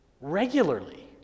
regularly